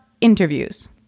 interviews